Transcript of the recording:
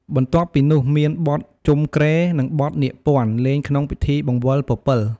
បន្ទាប់់ពីនោះមានបទជំុគ្រែនិងបទនាគព័ន្ធ លេងក្នងពិធីបង្វិលពពិល។